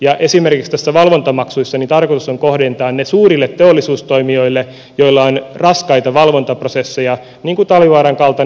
esimerkiksi näissä valvontamaksuissa tarkoitus on kohdentaa ne suurille teollisuustoimijoille joilla on raskaita valvontaprosesseja niin kuin talvivaaran kaltaiselle yritykselle